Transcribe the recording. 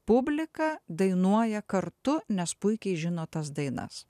publika dainuoja kartu nes puikiai žino tas dainas